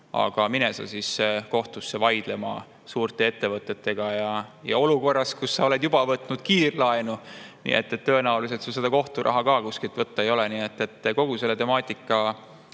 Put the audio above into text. Aga mine sa kohtusse vaidlema suurte ettevõtetega, olukorras, kus sa oled juba võtnud kiirlaenu! Tõenäoliselt sul seda kohturaha ka kuskilt võtta ei ole. Kogu selle temaatika